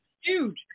huge